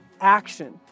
action